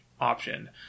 option